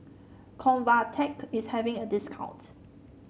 convatec is having a discount